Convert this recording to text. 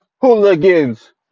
Hooligans